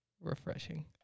Refreshing